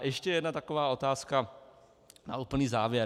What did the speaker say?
Ještě jedna taková otázka na úplný závěr.